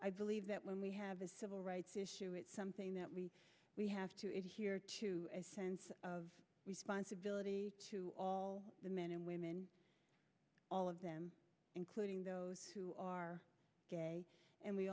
i believe that when we have a civil rights issue it's something that we we have to adhere to a sense of responsibility to all the men and women all of them including those who are gay and we